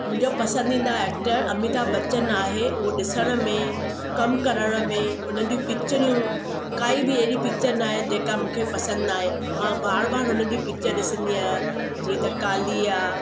मुंहिंजो पसंदीदा एक्टर अमीताब बच्चन आहे उहो ॾिसण में कमु करण में उन जी पिक्चरियूं काई बि अहिड़ी पिक्चर नाहे जेका मूंखे पसंदि नाहे मां बार बार उन जी पिक्चर ॾिसंदी आहियां जीअं त काली आहे